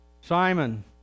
Simon